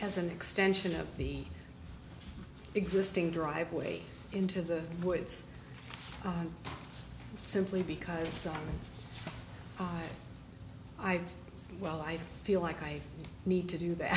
as an extension of the existing driveway into the woods simply because i well i feel like i need to do that